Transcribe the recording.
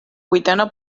vuitena